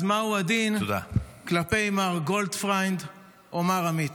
אז מהו הדין כלפי מר גולפריינד או מר עמית?